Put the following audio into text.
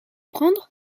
prendre